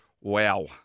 Wow